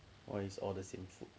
!wah! is all the same food